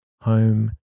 home